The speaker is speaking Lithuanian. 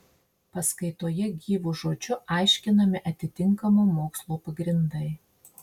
paskaitoje gyvu žodžiu aiškinami atitinkamo mokslo pagrindai